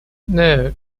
note